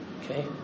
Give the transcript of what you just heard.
Okay